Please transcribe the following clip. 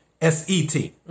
S-E-T